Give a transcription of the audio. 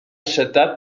شدت